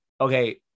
okay